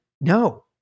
no